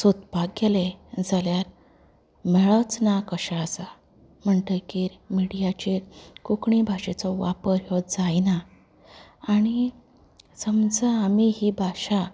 सोदपाक गेलें जाल्यार मेळच ना कशें आसा म्हणटकीर मिडियांचेर कोंकणी भाशेचो वापर हो जायना आनी समजा आमी ही भाशा